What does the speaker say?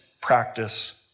practice